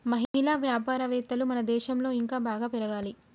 మహిళా వ్యాపారవేత్తలు మన దేశంలో ఇంకా బాగా పెరగాలి